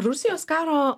rusijos karo